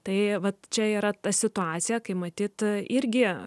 tai vat čia yra ta situacija kai matyt irgi